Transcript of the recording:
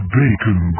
bacon